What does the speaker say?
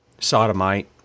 sodomite